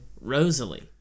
Rosalie